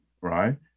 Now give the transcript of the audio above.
right